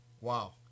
Wow